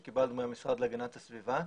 סיגריות.